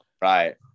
right